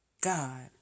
God